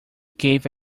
give